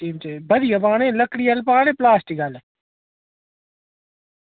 बधिया पाने लकड़िया आह्ले पाने प्लास्टिक पाने